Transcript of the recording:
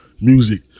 music